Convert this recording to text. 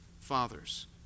fathers